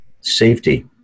safety